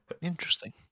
interesting